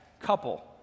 couple